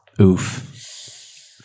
Oof